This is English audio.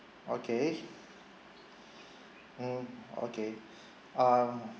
okay mm okay um